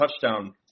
touchdown